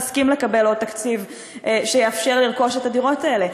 תסכים לקבל עוד תקציב שיאפשר לרכוש את הדירות האלה.